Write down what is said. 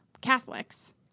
Catholics